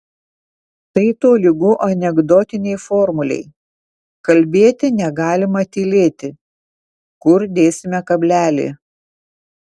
tai tolygu anekdotinei formulei kalbėti negalima tylėti kur dėsime kablelį